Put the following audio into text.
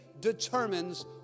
determines